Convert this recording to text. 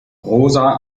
rosa